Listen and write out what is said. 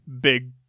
big